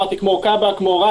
כמו כב"א,